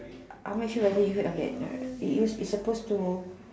I'm actually whether you heard of that it's it's suppose to